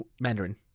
Mandarin